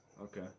Okay